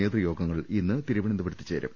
നേതൃയോഗങ്ങൾ ഇന്ന് തീരുവനന്തപുരത്ത് ചേരും